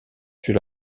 sur